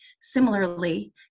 similarly